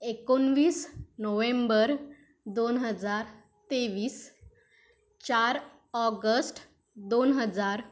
एकोणवीस नोवेंबर दोन हजार तेवीस चार ऑगस्ट दोन हजार